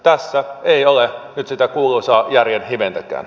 tässä ei ole nyt sitä kuuluisaa järjen hiventäkään